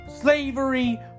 Slavery